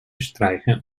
streiche